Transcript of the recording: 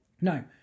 no